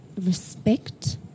Respect